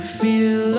feel